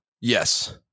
Yes